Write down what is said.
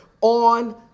on